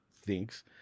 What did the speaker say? thinks